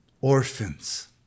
Orphans